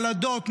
ילדות,